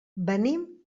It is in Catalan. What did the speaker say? venim